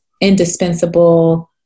indispensable